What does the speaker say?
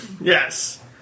Yes